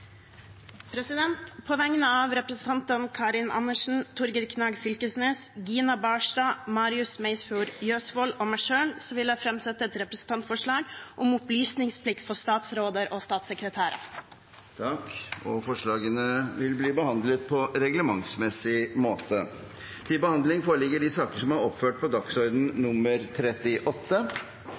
representantforslag. På vegne av representantene Karin Andersen, Torgeir Knag Fylkesnes, Gina Barstad, Marius Meisfjord Jøsevold og meg selv vil jeg framsette et representantforslag om opplysningsplikt for statsråder og statssekretærer. Forslagene vil bli behandlet på reglementsmessig måte. Forslaget om innføring av lobbyregister for Stortinget og regjeringen er